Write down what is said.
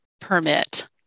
permit